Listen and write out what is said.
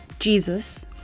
Jesus